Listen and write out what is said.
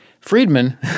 Friedman